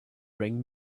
bring